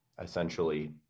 essentially